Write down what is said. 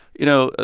you know,